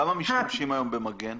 כמה משתמשים היום ב-"מגן"?